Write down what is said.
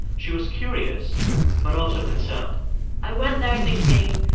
she was curious but also concerned i went there thinking,